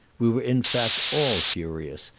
we were in fact all furious,